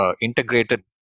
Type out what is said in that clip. integrated